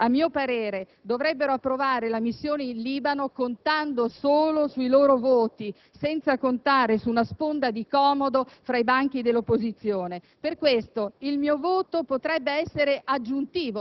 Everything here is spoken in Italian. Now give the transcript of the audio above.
È tempo che questo Governo e questa classe politica si assumano le loro responsabilità di fronte agli elettori. È tempo che questo Governo, in mancanza di numeri, non cerchi legittimazioni esterne,